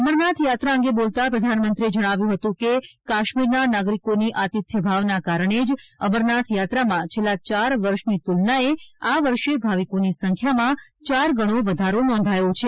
અમરનાથ યાત્રા અંગે બોલતાં પ્રધાનમંત્રીએ જણાવ્યું હતું કે કાશ્મીરના નાગરીકોની આતિથ્ય ભાવનાને કારણે જ અમરનાથ યાત્રામાં છેલ્લા ચાર વર્ષની તુલનાએ આ વર્ષે ભાવિકોની સંખ્યામાં ચાર ગણો વધારો નોંધાયો છે